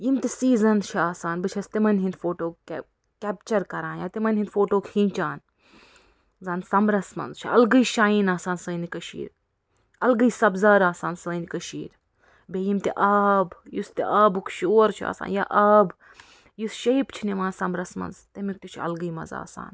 یِم تہِ سیٖزَن چھِ آسان بہٕ چھَس تِمَن ۂنٛدۍ فوٹوٗ کیپ کیپچَر کران یا تِمَن ۂنٛدۍ فوٹوٗ کیٖچھان زَنہٕ سَمرَس منٛز چھِ الگٕے جایِن آسان سانہِ کٔشیٖرِ الگٕے سبزار آسان سٲنۍ کٔشیٖر بیٚیہِ یِم تہِ آب یُس تہِ آبُک شور چھِ آسان یا آب یُس شیپ چھِ نِوان سَمرَس منٛز تٔمیُک تہِ چھِ الگٕے مَزٕ آسان